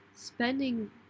spending